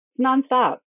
Nonstop